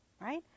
Right